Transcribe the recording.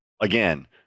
again